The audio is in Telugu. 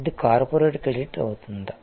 ఇది కార్పొరేట్ క్రెడిట్ అవుతుందా